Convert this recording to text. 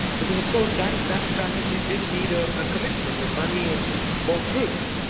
because of course that that strategy did need a ah commitment of money and more troops.